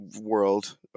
world